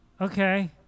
Okay